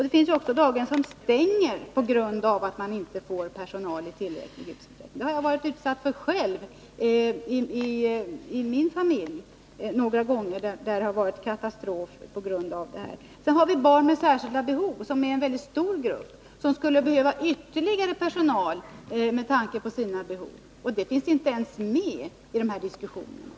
Det finns också daghem som stänger på grund av att de inte får personal i tillräcklig utsträckning. Det har jag själv varit utsatt för några gånger, och det har varit katastrof. Vidare har vi barn med särskilda behov, som är en mycket stor grupp, som skulle behöva ytterligare personal. De finns inte ens med i de här diskussionerna.